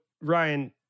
Ryan